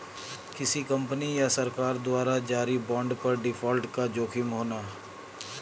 किसी कंपनी या सरकार द्वारा जारी बांड पर डिफ़ॉल्ट का जोखिम होना